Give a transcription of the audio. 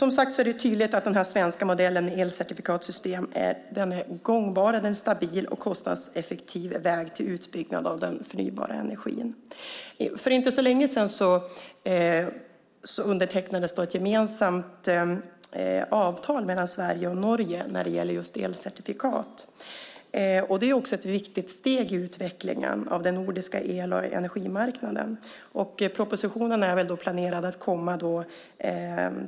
Det är tydligt att den svenska modellen med elcertifikatssystem är en gångbar, stabil och kostnadseffektiv väg till utbyggnad av den förnybara energin. För inte så länge sedan undertecknades ett gemensamt avtal mellan Sverige och Norge när det gäller just elcertifikat. Det är också ett viktigt steg i utvecklingen av den nordiska el och energimarknaden. Propositionen är planerad att komma